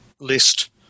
list